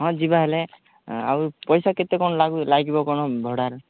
ହଁ ଯିବା ହେଲେ ଆଉ ପଇସା କେତେ କଣ ଲାଗିବ କ'ଣ ଭଡ଼ାରେ